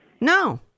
No